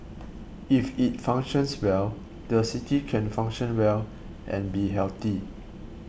if it functions well the city can function well and be healthy